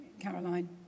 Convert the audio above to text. Caroline